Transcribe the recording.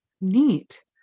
Neat